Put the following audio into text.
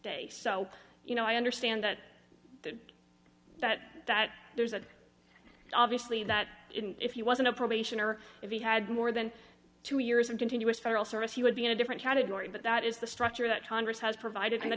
day so you know i understand that that that that there's a obviously that if he wasn't a probation or if he had more than two years in continuous federal service he would be in a different category but that is the structure that congress has provided in the